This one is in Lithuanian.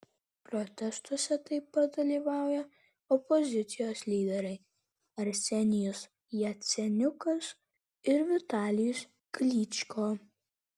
protestuose taip pat dalyvauja opozicijos lyderiai arsenijus jaceniukas ir vitalijus klyčko